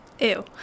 Ew